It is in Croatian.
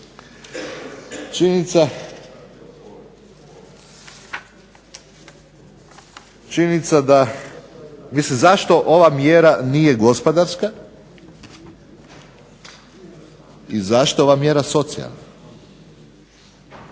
Činjenica da, mislim zašto ova mjera nije gospodarska, i zašto je ova mjera socijalna?